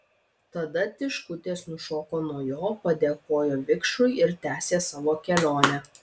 tada tiškutės nušoko nuo jo padėkojo vikšrui ir tęsė savo kelionę